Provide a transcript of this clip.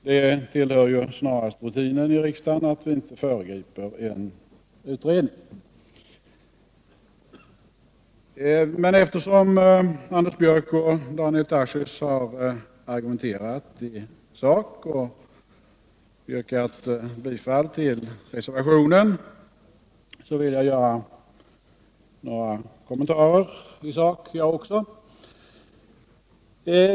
Det tillhör snarast rutinen i riksdagen att vi inte föregriper en utredning, men eftersom Anders Björck och Daniel Tarschys har argumenterat i sak och yrkat bifall till reservationen vill också jag göra några kommentarer i sak.